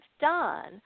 done